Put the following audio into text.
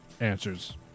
answers